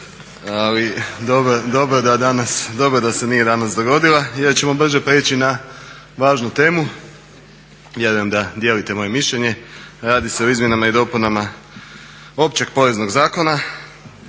ali dobro da se nije danas dogodila jer ćemo brže preći na važnu temu. Vjerujem da dijelite moje mišljenje. Radi se o izmjenama i dopunama Općeg poreznog zakona